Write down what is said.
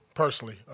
personally